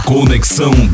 Conexão